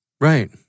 Right